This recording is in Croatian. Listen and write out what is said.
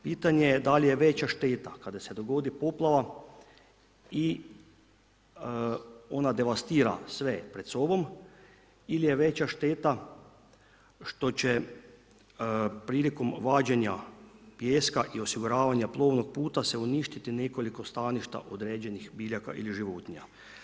Pitanje je da li je veća šteta kada se dogodi poplava i ona devastira sve pred sobom ili je veća šteta što će prilikom vađenja pijeska i osiguravanja plovnog puta se uništiti nekoliko staništa određenih biljaka ili životinja.